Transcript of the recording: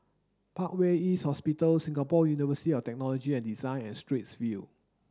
Parkway East Hospital Singapore University of Technology and Design and Straits View